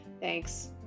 thanks